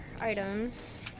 items